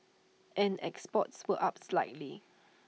and exports were up slightly